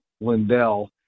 Lindell